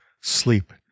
sleep